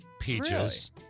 peaches